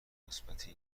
مثبتی